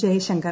Jaishankar